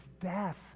death